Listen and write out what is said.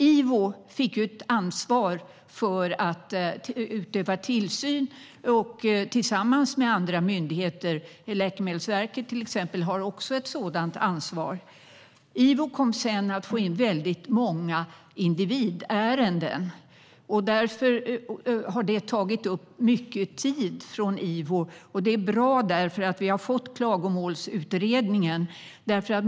Ivo fick ett ansvar för att utöva tillsyn tillsammans med andra myndigheter. Läkemedelsverket, till exempel, har också ett sådant ansvar. Ivo kom sedan att få in många individärenden, och därför har det tagit upp mycket tid från Ivo. Det är bra att vi har fått Klagomålsutredningen.